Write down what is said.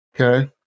Okay